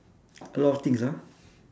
a lot of things ah